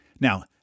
Now